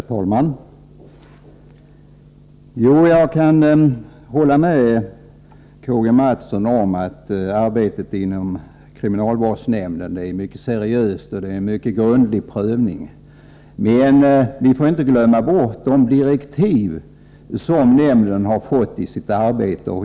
Herr talman! Jag kan hålla med K.-G. Mathsson om att arbetet inom kriminalvårdsnämnden är mycket seriöst och att det är fråga om en mycket grundlig prövning. Men vi får inte glömma bort de direktiv som nämnden har fått för sitt arbete.